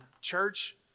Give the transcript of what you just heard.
church